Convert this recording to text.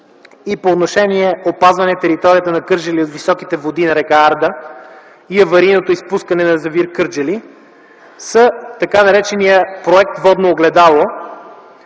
и по отношение опазване територия на град Кърджали от високите води на река Арда при аварийно изпускане на язовир „Кърджали”, са така наречения Проект „Водно огледало”,